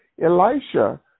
Elisha